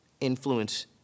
influence